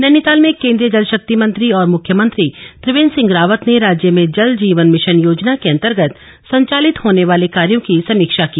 नैनीताल में केंद्रीय जल शक्ति मंत्री और मुख्यमंत्री त्रिवेंद्र सिंह रावत ने राज्य में जल जीवन मिशन योजना के अन्तर्गत संचालित होने वाले कार्यों की समीक्षा की